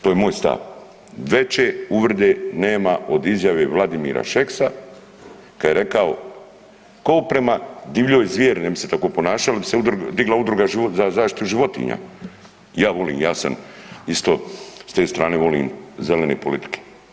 To je moj stav, veće uvrede nema od izjave Vladimira Šeksa, kad je rekao prema divljoj zvijeri, ne bi se tako ponašali, jer bi se digla Udruga za zaštitu životinja, ja volim, ja sam isto, s te strane volim zelene politike.